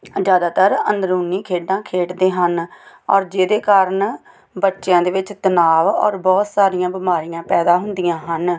ਜ਼ਿਆਦਾਤਰ ਅੰਦਰੂਨੀ ਖੇਡਾਂ ਖੇਡਦੇ ਹਨ ਔਰ ਜਿਹਦੇ ਕਾਰਨ ਬੱਚਿਆਂ ਦੇ ਵਿੱਚ ਤਣਾਅ ਔਰ ਬਹੁਤ ਸਾਰੀਆਂ ਬਿਮਾਰੀਆਂ ਪੈਦਾ ਹੁੰਦੀਆਂ ਹਨ